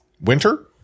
winter